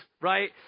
right